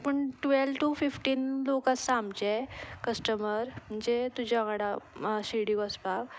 पूण twelve to fifteen लोक आसा आमचे कस्टमर म्हणजे तुज्या वांगडा शिर्डी वचपाक